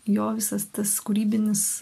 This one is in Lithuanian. jo visas tas kūrybinis